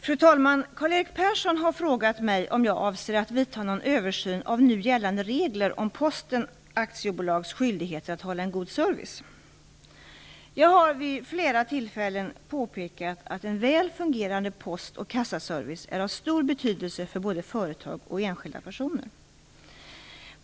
Fru talman! Karl-Erik Persson har frågat mig om jag avser att vidta någon översyn av nu gällande regler om Posten AB:s skyldigheter att hålla en god service. Jag har vid flera tillfällen påpekat att en väl fungerande post och kassaservice är av stor betydelse för både företag och enskilda personer.